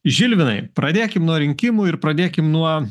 žilvinai pradėkim nuo rinkimų ir pradėkim nuo